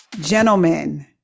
gentlemen